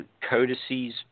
codices